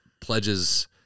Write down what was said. pledges